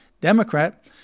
Democrat